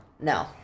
No